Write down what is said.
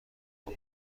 همه